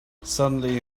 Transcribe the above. suddenly